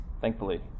thankfully